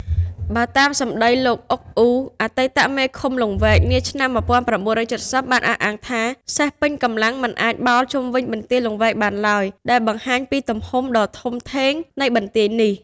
បើតាមសំដី លោក អ៊ុក អ៊ូ អតីតមេឃុំលង្វែកនាឆ្នាំ ១៩៧០ បានអះអាងថា សេះពេញកម្លាំងមិនអាចបោលជុំវិញបន្ទាយលង្វែកបានឡើយ ដែលបង្ហាញពីទំហំដ៏ធំធេងនៃបន្ទាយនេះ។